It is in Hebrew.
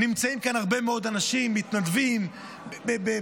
נמצאים כאן הרבה מאוד אנשים, מתנדבים בקבורה.